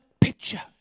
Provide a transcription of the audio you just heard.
picture